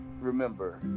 remember